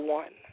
one